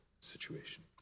situation